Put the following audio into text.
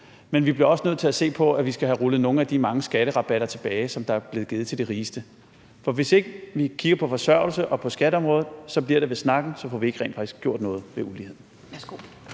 det andet også nødt til at se på, at vi skal have rullet nogle af de mange skatterabatter tilbage, som der er blevet givet til de rigeste. For hvis vi ikke kigger på forsørgelse og på skatteområdet, bliver det ved snakken; så får vi rent faktisk ikke gjort noget ved uligheden.